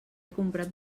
comprat